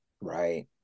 Right